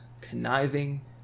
conniving